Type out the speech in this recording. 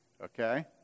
Okay